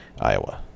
iowa